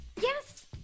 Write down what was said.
Yes